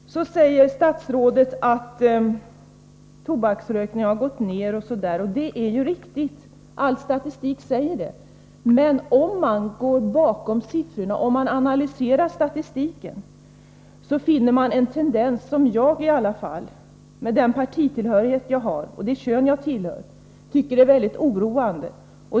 Statsrådet säger att tokaksrökningen har gått ned. Det är riktigt. All statistik visar det. Men om man analyserar statistiken, finner man en tendens som i alla fall jag, med min partitillhörighet och mitt kön, tycker är mycket oroande.